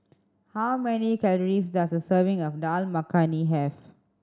how many calories does a serving of Dal Makhani have